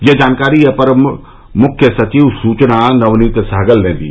यह जानाकरी अपर मुख्य सचिव सुचना नवनीत सहगल ने दी